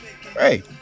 hey